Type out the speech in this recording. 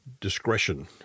discretion